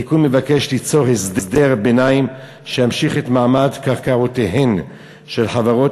התיקון מבקש ליצור הסדר ביניים שימשיך את מעמד קרקעותיהן של חברות